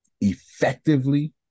effectively